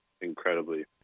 incredibly